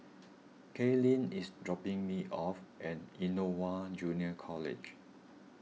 Caitlyn is dropping me off at Innova Junior College